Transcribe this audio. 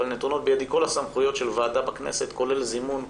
אבל נתונות בידי כל הסמכויות של ועדה בכנסת כולל זימון,